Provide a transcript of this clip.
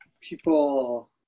people